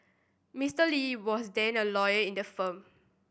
Mister Lee was then a lawyer in the firm